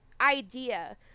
idea